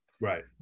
Right